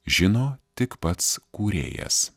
žino tik pats kūrėjas